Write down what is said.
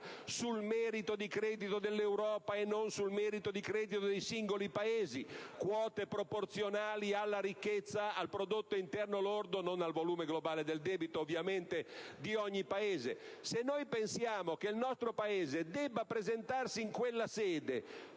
sul merito di credito dell'Europa e non dei singoli Paesi (quote proporzionali alla ricchezza, al prodotto interno lordo, e non al volume globale del debito, ovviamente, di ogni Paese). Se dunque pensiamo che il nostro Paese debba presentarsi in quella sede